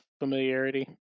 familiarity